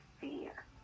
fear